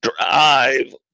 drive